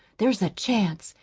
there's a chance,